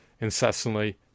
incessantly